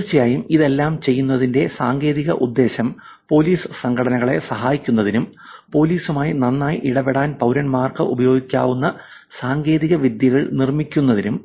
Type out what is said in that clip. തീർച്ചയായും ഇതെല്ലാം ചെയ്യുന്നതിന്റെ സാങ്കേതിക ഉദ്ദേശം പോലീസ് സംഘടനകളെ സഹായിക്കുന്നതിനും പോലീസുമായി നന്നായി ഇടപെടാൻ പൌരന്മാർക്ക് ഉപയോഗിക്കാവുന്ന സാങ്കേതികവിദ്യകൾ നിർമ്മിക്കുന്നതിനും